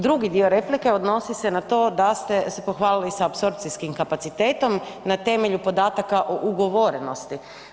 Drugi dio replike odnosi se na to da ste se pohvalili sa apsorpcijskim kapacitetom, na temelju podataka o ugovorenosti.